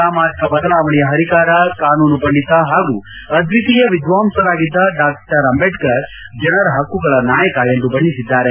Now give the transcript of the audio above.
ಸಾಮಾಜಿಕ ಬದಲಾವಣೆಯ ಹರಿಕಾರ ಕಾನೂನು ಪಂಡಿತ ಹಾಗೂ ಅದ್ವಿತೀಯ ವಿದ್ವಾಂಸರಾಗಿದ್ದ ಡಾ ಅಂಬೇಡ್ತರ್ ಜನರ ಹಕ್ಕುಗಳ ನಾಯಕ ಎಂದು ಬಣ್ಣೆಸಿದ್ದಾರೆ